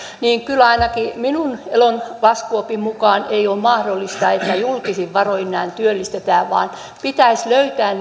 niin kyllä ainakin minun elon laskuopin mukaan ei ole mahdollista että julkisin varoin näin työllistetään vaan pitäisi löytää